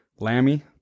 Lammy